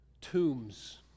tombs